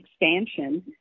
expansion